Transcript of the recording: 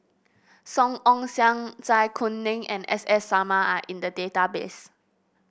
Song Ong Siang Zai Kuning and S S Sarma are in the database